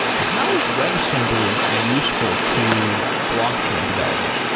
how is webassembly useful to blockchain development?